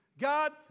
God